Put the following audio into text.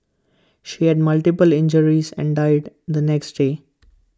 she had multiple injuries and died the next day